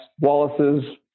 Wallace's